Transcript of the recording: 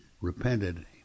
repented